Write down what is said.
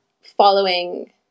following